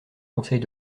conseils